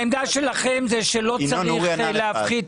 העמדה שלכם זה שלא צריך להפחית